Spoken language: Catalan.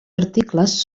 articles